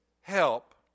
help